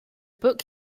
book